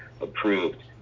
approved